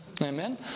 Amen